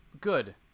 good